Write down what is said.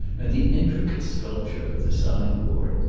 and the intricate sculpture of the sign board.